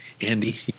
Andy